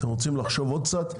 אתם רוצים לחשוב עוד קצת?